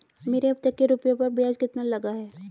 मेरे अब तक के रुपयों पर ब्याज कितना लगा है?